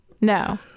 no